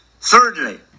Thirdly